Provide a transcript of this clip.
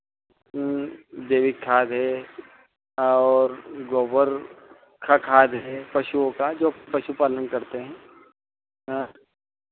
जैविक खाद है और गोबर का खाद है पशुओं का जो पशुपालन करते हैं